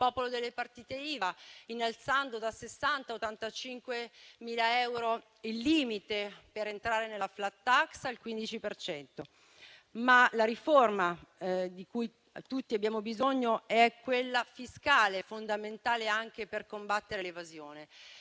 delle partite IVA, innalzando da 60.000 a 85.000 euro il limite per entrare nella *flat tax* al 15 per cento. La riforma di cui tutti abbiamo bisogno è quella fiscale, fondamentale anche per combattere l'evasione.